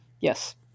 Yes